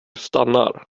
stannar